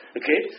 okay